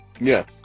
yes